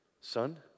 Son